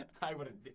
i wouldn't